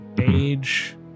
age